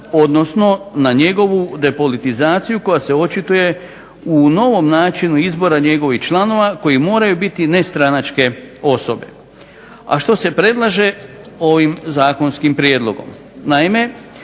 odnosno na njegovu depolitizaciju koja se očituje u novom načinu izbora njegovih članova koji moraju biti nestranačke osobe, a što se predlaže ovim zakonskim prijedlogom.